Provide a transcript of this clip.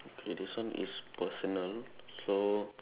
okay this one is personal so